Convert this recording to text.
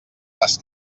les